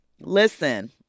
listen